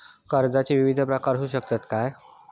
कर्जाचो विविध प्रकार असु शकतत काय?